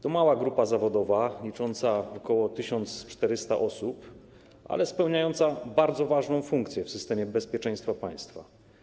To mała grupa zawodowa, licząca ok. 1400 osób, która spełnia bardzo ważną funkcję w systemie bezpieczeństwa państwa.